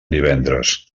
divendres